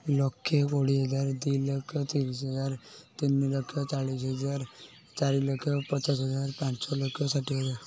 ଲକ୍ଷେ କୋଡ଼ିଏ ହଜାର ଦୁଇ ଲକ୍ଷ ତିରିଶି ହଜାର ତିନି ଲକ୍ଷ ଚାଳିଶି ହଜାର ଚାରି ଲକ୍ଷ ପଚାଶ ହଜାର ପାଞ୍ଚ ଲକ୍ଷ ଷାଠିଏ ହଜାର